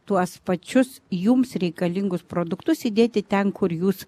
tuos pačius jums reikalingus produktus įdėti ten kur jūs